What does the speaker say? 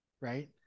right